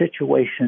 situation